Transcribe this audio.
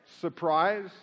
surprise